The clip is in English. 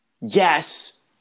Yes